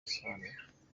asobanura